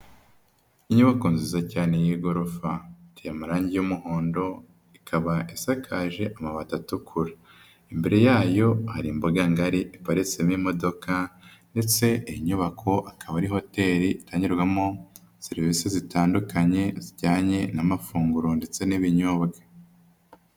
Inyubako nziza cyane y'igorofa, iteye amarange y'umuhondo, ikaba isakaje amabati atukura. Imbere yayo hari imbuga ngari iparitsemo imodoka ndetse iyi inyubako akaba ari hoteli itangirwamo serivisi zitandukanye, zijyanye n'amafunguro ndetse n'ibinyobwa.